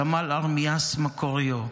סמל ארמיאס מקוריאו,